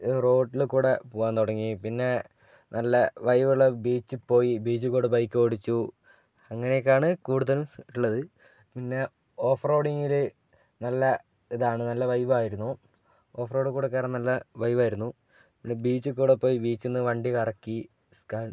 റോഡില്ക്കൂടെ പോകാൻ തുടങ്ങി പിന്നെ നല്ല വൈബുള്ള ബീച്ചിൽ പോയി ബീച്ചിൽ കൂടെ ബൈക്കോടിച്ചു അങ്ങനൊക്കാണ് കൂടുതൽ ഉള്ളത് പിന്നെ ഓഫ്റോഡിങ്ങിൽ നല്ല ഇതാണ് നല്ല വൈബായിരുന്നു ഓഫ്റോഡിൽ കൂടെ കയറാൻ നല്ല വൈബായിരുന്നു പിന്നെ ബീച്ചിൽ കൂടെ പോയി ബീച്ചിൽ നിന്ന് വണ്ടി കറക്കി